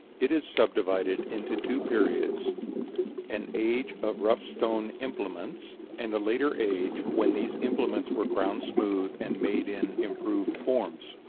it is subdivided into two periods an age of rough stone implements and a later age, when these implements were ground smooth and made in improved forms.